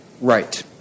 right